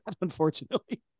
unfortunately